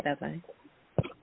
bye-bye